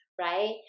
right